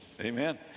Amen